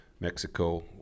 mexico